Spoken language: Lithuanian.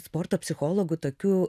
sporto psichologų tokių